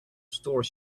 store